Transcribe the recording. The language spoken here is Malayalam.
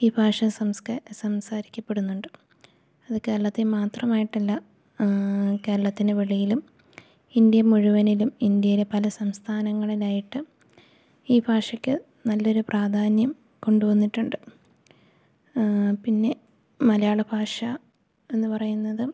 ഈ ഭാഷ സംസാരിക്കപ്പെടുന്നുണ്ട് അത് കേരളത്തില് മാത്രമായിട്ടല്ല കേരളത്തിനു വെളിയിലും ഇന്ത്യ മുഴുവനിലും ഇന്ത്യയില് പല സംസ്ഥാനങ്ങളിലായിട്ടും ഈ ഭാഷയ്ക്കു നല്ലൊരു പ്രാധാന്യം കൊണ്ടു വന്നിട്ടുണ്ട് പിന്നെ മലയാള ഭാഷ എന്നു പറയുന്നതും